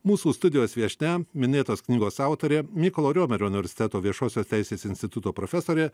mūsų studijos viešnia minėtos knygos autorė mykolo riomerio universiteto viešosios teisės instituto profesorė